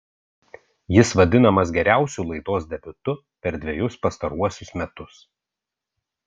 jis vadinamas geriausiu laidos debiutu per dvejus pastaruosius metus